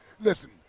listen